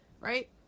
right